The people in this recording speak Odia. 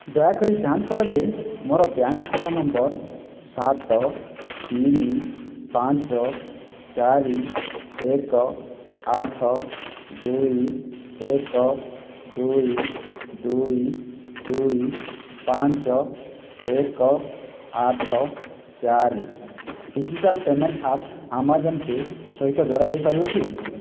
ଦୟାକରି ଯାଞ୍ଚ କର ଯେ ମୋର ବ୍ୟାଙ୍କ ଖାତା ନମ୍ବର ସାତ ତିନି ପାଞ୍ଚ ଚାରି ଏକ ଆଠ ଦୁଇ ଏକ ଦୁଇ ଦୁଇ ଦୁଇ ପାଞ୍ଚ ଏକ ଆଠ ଚାରି digital payment app Amazon Pay ସହିତ ଯୋଡ଼ା ଯାଇପାରିବ କି